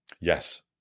Yes